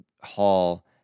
Hall